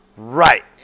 Right